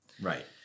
Right